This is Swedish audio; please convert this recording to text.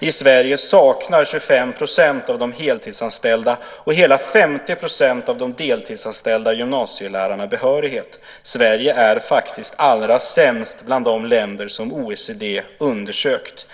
I Sverige saknar 25 % av de heltidsanställda och hela 50 % av de deltidsanställda gymnasielärarna behörighet. Sverige är faktiskt allra sämst bland de länder som OECD har undersökt.